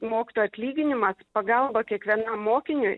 mokytojo atlyginimas pagalba kiekvienam mokiniui